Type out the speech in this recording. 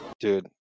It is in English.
Dude